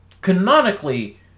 canonically